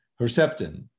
Herceptin